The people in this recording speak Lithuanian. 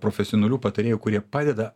profesionalių patarėjų kurie padeda